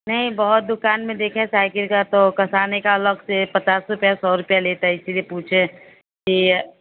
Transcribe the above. नहीं बहुत दुकान में देखे साइकिल का तो कसाने का अलग से पचास रुपिया सौ रुपिया लेता है इसीलिए पूछे की